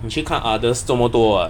你去看 Udders 这么多